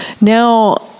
Now